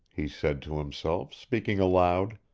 he said to himself, speaking aloud.